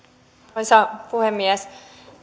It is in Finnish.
arvoisa puhemies